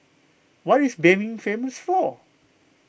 what is Benin famous for